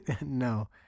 No